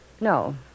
No